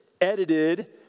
edited